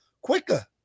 quicker